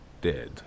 Dead